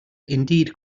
indeed